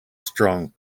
strong